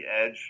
edge